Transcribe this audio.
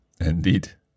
Indeed